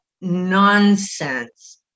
nonsense